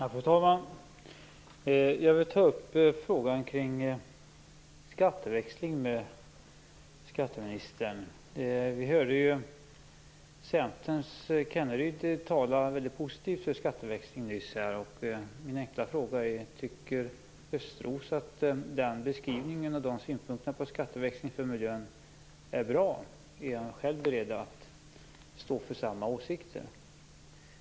Fru talman! Jag vill ta upp frågan om skatteväxling med skatteministern. Vi hörde Centerns Kenneryd tala väldigt positivt om skatteväxling nyss här. Mina enkla frågor är: Tycker Östros att den beskrivningen och de synpunkterna på skatteväxling på miljön är bra? Är han själv beredd att stå för samma åsikter?